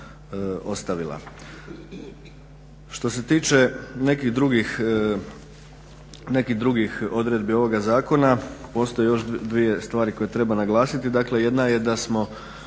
Što se tiče nekih drugih odredbi ovoga Zakona postoje još dvije stvari koje treba naglasiti.